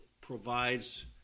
provides